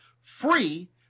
free